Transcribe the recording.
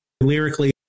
lyrically